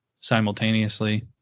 simultaneously